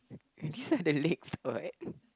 and these are the legs or what